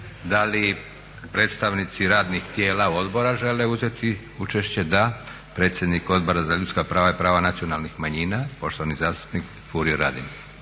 Da li predstavnici radnih tijela odbora žele uzeti učešće? Da. Predsjednik Odbora za ljudska prava i prava nacionalnih manjina poštovani zastupnik Furio Radin.